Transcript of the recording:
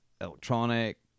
electronic